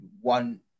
one